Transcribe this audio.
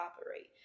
operate